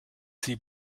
sie